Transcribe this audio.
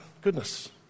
Goodness